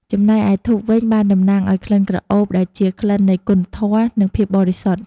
ចំណែកឯធូបវិញបានតំណាងឲ្យក្លិនក្រអូប ដែលជាក្លិននៃគុណធម៌ និងភាពបរិសុទ្ធ។